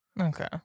Okay